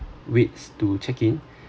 waits to check in